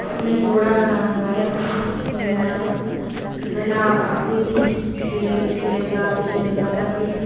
में थोह्ड़ा जेहा गाना गाया फ्ही मेरी मैम आखन लगी फ्ही ख'ल्ला आखदे कि शैल गा दे शैल गा दे ते फ्ही